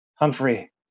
Humphrey